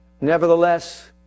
Nevertheless